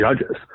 judges